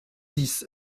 dix